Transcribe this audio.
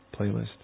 playlist